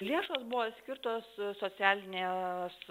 lėšos buvo skirtos socialinės